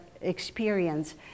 experience